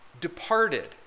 Departed